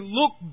look